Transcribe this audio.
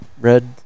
red